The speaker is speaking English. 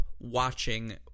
watching